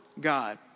God